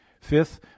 fifth